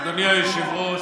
אדוני היושב-ראש,